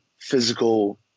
physical